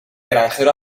granjero